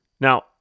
Now